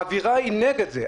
האווירה נגד זה,